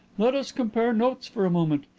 let us compare notes for a moment.